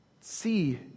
See